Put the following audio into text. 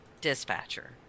dispatcher